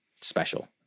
special